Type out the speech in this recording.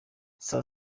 saa